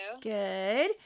Good